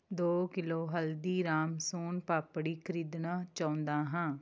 ਦੋ ਕਿੱਲੋ ਹਲਦੀਰਾਮ ਸੋਨ ਪਾਪੜੀ ਖ਼ਰੀਦਣਾ ਚਾਉਂਦਾ ਹਾਂ